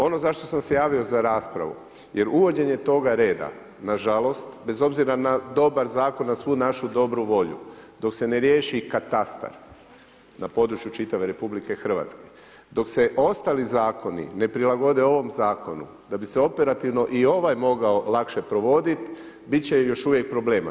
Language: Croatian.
Ono zašto sam se javio za raspravu, jer uvođenje toga reda na žalost bez obzira na dobar zakon, na svu našu dobru volju dok se ne riješi katastar na području čitave Republike Hrvatske, dok se ostali zakoni ne prilagode ovom Zakonu da bi se operativno i ovaj mogao lakše provoditi, bit će još uvijek problema.